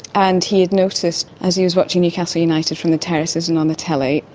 and he had noticed, as he was watching newcastle united from the terraces and on the telly,